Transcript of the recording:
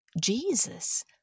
Jesus